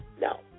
No